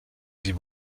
sie